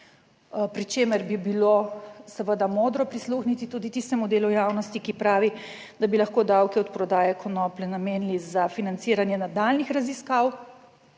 Pri čemer bi bilo seveda modro prisluhniti tudi tistemu delu javnosti, ki pravi, da bi lahko davke od prodaje konoplje namenili za financiranje nadaljnjih raziskav,